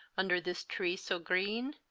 under this tree so grene,